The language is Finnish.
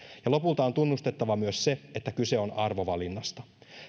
ja lopulta on tunnustettava myös se että kyse on arvovalinnasta